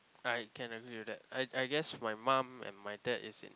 I can agree do that I I guess my mum and my dad is in